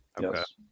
Yes